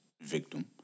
victim